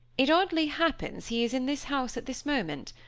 it oddly happens he is in this house at this moment.